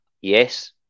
Yes